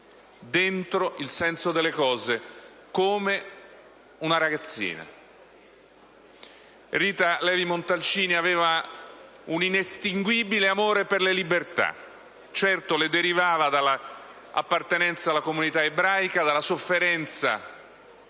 dentro il senso delle cose come una ragazzina. Rita Levi-Montalcini aveva un inestinguibile amore per le libertà, che certo le derivava dall'appartenenza alla comunità ebraica, dalla sofferenza